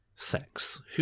Sex